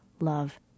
love